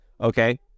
okay